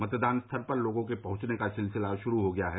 मतदान स्थल पर लोगों के पहुंचने का सिलसिला शुरू हो गया है